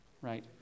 right